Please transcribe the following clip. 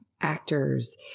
actors